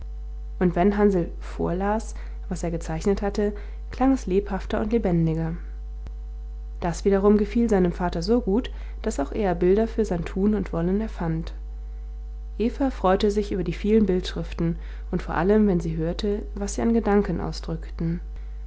und wenn hansl vorlas was er gezeichnet hatte klang es lebhafter und lebendiger das wiederum gefiel seinem vater so gut daß auch er bilder für sein tun und wollen erfand eva freute sich über die vielen bildschriften und vor allem wenn sie hörte was sie an gedanken ausdrückten